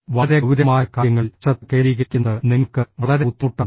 വളരെ ഗൌരവമായ കാര്യങ്ങളിൽ ശ്രദ്ധ കേന്ദ്രീകരിക്കുന്നത് നിങ്ങൾക്ക് വളരെ ബുദ്ധിമുട്ടാണ്